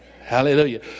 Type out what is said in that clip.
Hallelujah